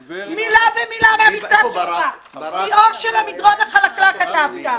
אז ----- מילה במילה מהמכתב שלך: "שיאו של המדרון החלקלק" כתבת.